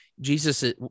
Jesus